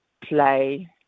play